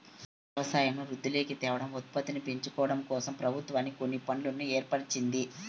వ్యవసాయంను వృద్ధిలోకి తేవడం, ఉత్పత్తిని పెంచడంకోసం ప్రభుత్వం కొన్ని ఫండ్లను ఏర్పరిచింది